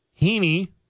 Heaney